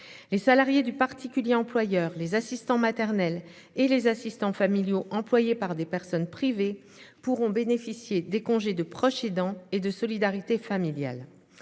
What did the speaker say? Les salariés du particulier employeur les assistants maternels et les assistants familiaux employée par des personnes privées pourront bénéficier des congés de proche aidant et de solidarité familiale